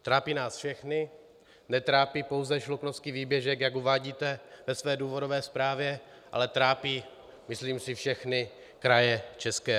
Trápí nás všechny, netrápí pouze Šluknovský výběžek, jak uvádíte ve své důvodové zprávě, ale trápí, myslím si, všechny kraje ČR.